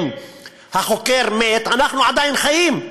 אם החוקר מת, אנחנו עדיין חיים.